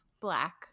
black